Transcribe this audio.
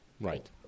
Right